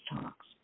talks